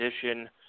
position